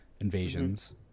invasions